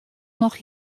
noch